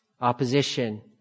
opposition